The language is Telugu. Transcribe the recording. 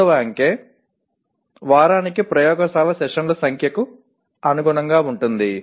మూడవ అంకె వారానికి ప్రయోగశాల సెషన్ల సంఖ్యకు అనుగుణంగా ఉంటుంది